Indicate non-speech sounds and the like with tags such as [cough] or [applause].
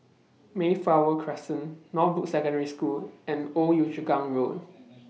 Mayflower Crescent Northbrooks Secondary School and Old Yio Chu Kang Road [noise]